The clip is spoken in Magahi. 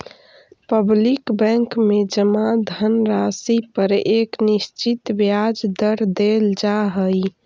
पब्लिक बैंक में जमा धनराशि पर एक निश्चित ब्याज दर देल जा हइ